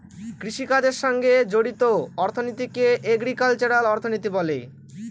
কৃষিকাজের সঙ্গে জড়িত অর্থনীতিকে এগ্রিকালচারাল অর্থনীতি বলে